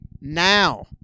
now